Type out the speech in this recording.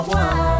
one